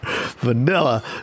vanilla